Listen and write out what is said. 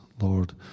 Lord